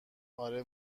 اره